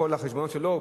כל החשבונות שלו,